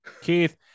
Keith